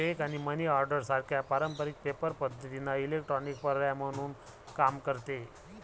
check आणि money order सारख्या पारंपारिक पेपर पद्धतींना इलेक्ट्रॉनिक पर्याय म्हणून काम करते